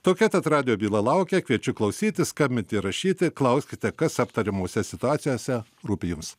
tokia tad radijo byla laukia kviečiu klausytis skambinti ir rašyti klauskite kas aptariamose situacijose rūpi jums